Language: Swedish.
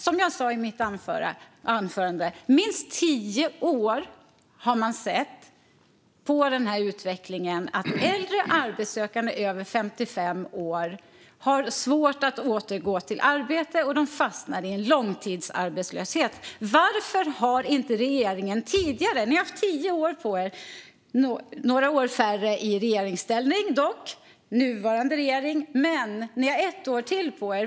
Som jag sa i mitt anförande har man i minst tio år sett den här utvecklingen som innebär att äldre arbetssökande över 55 år har svårt att återgå till arbete och fastnar i långtidsarbetslöshet. Varför har inte regeringen gjort något tidigare? Ni har haft tio år på er - några år färre än det i regeringsställning, alltså nuvarande regering - och har ett år till på er.